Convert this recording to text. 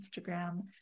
Instagram